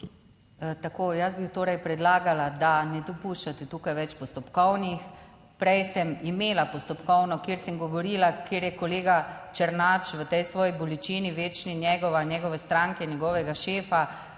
Tako, jaz bi torej predlagala, da ne dopuščate tukaj več postopkovnih. Prej sem imela postopkovno, kjer sem govorila, ker je kolega Černač v tej svoji bolečini, večni, njegova, njegove stranke in njegovega šefa